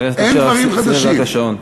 חבר הכנסת אשר, שים לב לשעון.